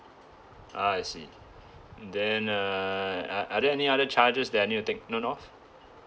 ah I see then uh are are there any other charges that I need to take note of